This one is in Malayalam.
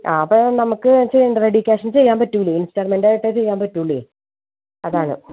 ആ അപ്പം നമുക്ക് വെച്ചാൽ റെഡി ക്യാഷും ചെയ്യാൻ പറ്റൂല്ലേ ഇൻസ്റ്റാൾമെൻറായിട്ടേ ചെയ്യാൻ പറ്റുകയുള്ളൂ അതാണ്